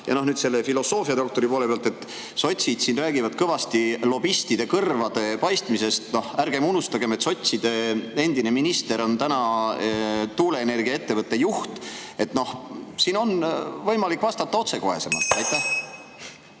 Ja nüüd selle filosoofiadoktori poole pealt, et sotsid siin räägivad kõvasti lobistide kõrvade paistmisest. Ärgem unustagem, et sotside endine minister on täna tuuleenergiaettevõtte juht. Siin on võimalik vastata otsekohesemalt.